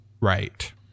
Right